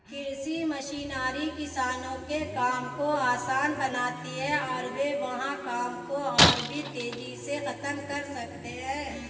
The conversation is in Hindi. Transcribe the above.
कृषि मशीनरी किसानों के काम को आसान बनाती है और वे वहां काम को और भी तेजी से खत्म कर सकते हैं